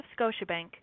Scotiabank